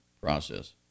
process